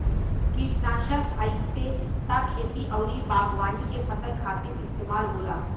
किटनासक आइसे त खेती अउरी बागवानी के फसल खातिर इस्तेमाल होला